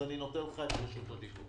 אז אני נותן לך את רשות הדיבור.